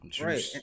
Right